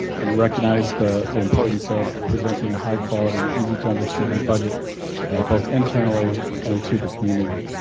and recognize the the importance of presenting a high quality, easy to understand budget both internally and to the community.